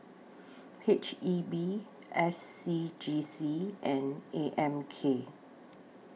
H E B S C G C and A M K